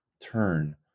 turn